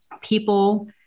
people